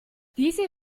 diese